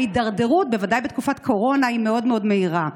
ההידרדרות בתקופת הקורונה היא מאוד מאוד מהירה.